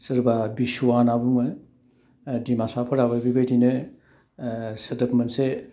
सोरबा बिसुवा होन्ना बुङो दिमासाफोराबो बिबायदिनो सोदोब मोनसे